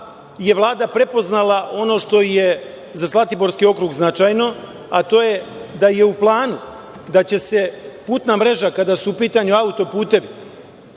je Vlada prepoznala ono što je za Zlatiborski okrug značajno, a to da je u planu da će se putna mreža, kada su u pitanju autoputevi